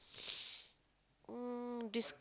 um de~